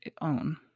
own